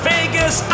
Vegas